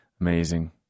Amazing